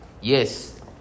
Yes